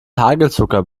hagelzucker